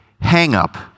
hang-up